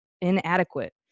Inadequate